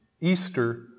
Easter